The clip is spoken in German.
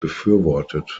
befürwortet